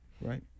right